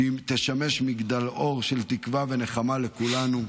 שישמשו מגדלור של תקווה ונחמה לכולנו,